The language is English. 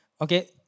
Okay